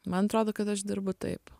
man atrodo kad aš dirbu taip